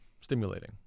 stimulating